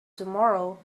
tomorrow